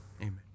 Amen